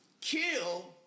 kill